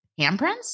handprints